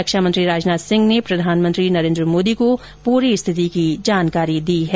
रक्षामंत्री राजनाथ सिंह ने प्रधानमंत्री नरेन्द्र मोदी को पूरी स्थिति की जानकरी दी है